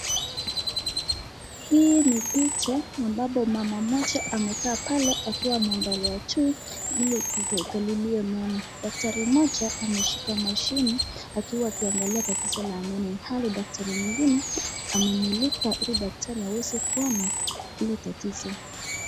Hii ni picha ambapo mama mmoja amekaa pale akiwa ameangalia juu ili ku kukaguliwa meno. Daktari mmoja ameshika machine akiwa akiangalia tatizo la meno ilhali daktari mwengine amemulika ili daktari aweze kuona kile tatizo.